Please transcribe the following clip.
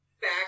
back